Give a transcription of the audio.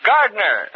Gardner